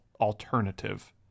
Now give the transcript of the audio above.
alternative